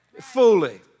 fully